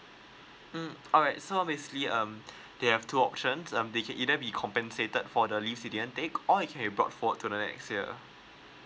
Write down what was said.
mm alright so obviously um they have two options um they can either be compensated for the leaves he didn't take or it can be brought forward to the next year